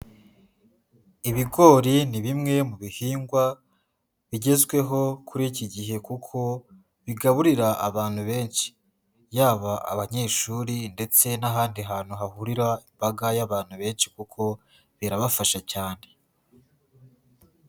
Ibigori ni bimwe mu bihingwa bigezweho kuri iki gihe kuko bigaburira abantu benshi, yaba abanyeshuri ndetse n'ahandi hantu hahurira imbaga y'abantu benshi kuko birabafasha cyane.